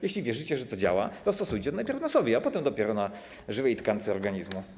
Jeśli wierzycie, że to działa, to zastosujcie najpierw na sobie, a potem dopiero na żywej tkance organizmu.